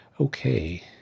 Okay